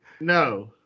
no